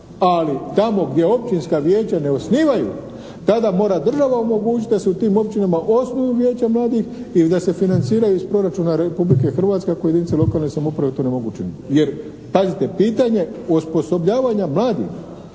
Ali tamo gdje općinska vijeća ne osnivaju tada mora država omogućiti da se u tim općinama osnuju vijeća mladih i da se financiraju iz proračuna Republike Hrvatske ako jedinice lokalne samouprave to ne mogu učiniti. Jer pazite, pitanje osposobljavanja mladih